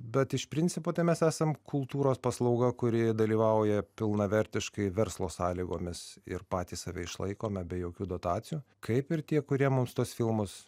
bet iš principo tai mes esam kultūros paslauga kuri dalyvauja pilnavertiškai verslo sąlygomis ir patys save išlaikome be jokių dotacijų kaip ir tie kurie mums tuos filmus